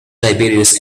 tiberius